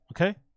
Okay